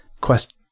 quest